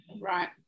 right